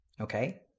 Okay